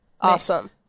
Awesome